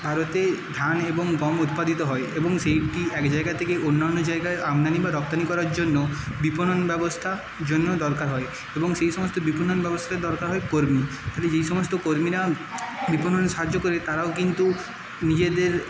ভারতে ধান এবং গম উৎপাদিত হয় এবং সেটি এক জায়গা থেকে অন্য অন্য জায়গাই আমদানি বা রপ্তানি করার জন্য বিপণন ব্যবস্থার জন্য দরকার হয় এবং সেই সমস্ত বিপণন ব্যবস্থার দরকার হয় কর্মী তাহলে যে সমস্ত কর্মীরা বিপণনে সাহায্য করে তারাও কিন্তু নিজেদের